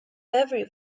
every